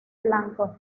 blanco